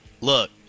Look